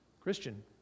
Christian